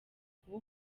kuba